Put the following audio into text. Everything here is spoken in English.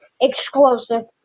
explosive